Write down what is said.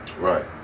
Right